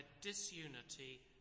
disunity